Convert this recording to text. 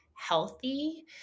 healthy